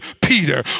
Peter